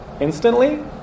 instantly